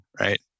right